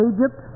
Egypt